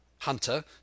Hunter